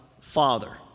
Father